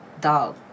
dog